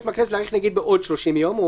מהכנסת להאריך ---" בעוד 30 יום למשל,